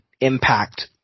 impact